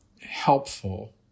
helpful